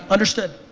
understood.